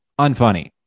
unfunny